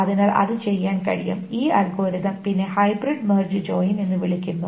അതിനാൽ അത് ചെയ്യാൻ കഴിയും ഈ അൽഗോരിതം പിന്നെ ഹൈബ്രിഡ് മെർജ് ജോയിൻ എന്ന് വിളിക്കപ്പെടുന്നു